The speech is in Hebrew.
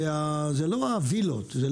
זה לא הווילות.